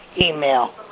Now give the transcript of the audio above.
email